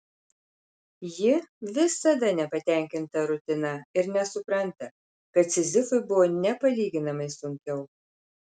ji visada nepatenkinta rutina ir nesupranta kad sizifui buvo nepalyginamai sunkiau